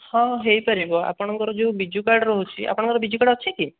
ହଁ ହୋଇପାରିବ ଆପଣଙ୍କର ଯେଉଁ ବିଜୁ କାର୍ଡ଼୍ ରହୁଛି ଆପଣଙ୍କର ବିଜୁ କାର୍ଡ଼୍ ଅଛି କି